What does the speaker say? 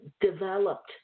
developed